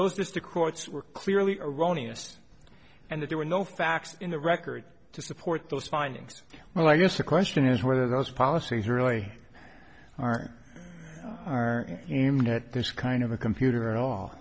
those just to courts were clearly erroneous and that there were no facts in the record to support those findings well i guess the question is whether those policies really are or aren't at this kind of a computer at all